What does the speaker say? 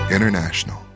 International